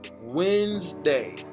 Wednesday